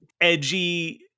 edgy